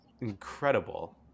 incredible